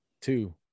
two